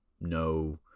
no